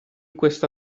questa